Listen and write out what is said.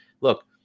look